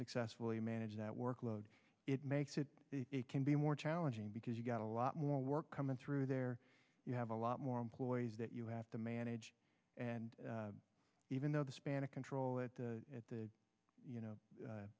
successfully manage that workload it makes it it can be more challenging because you've got a lot more work coming through there you have a lot more employees that you have to manage and even though the span of control at the at the